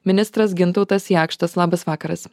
ministras gintautas jakštas labas vakaras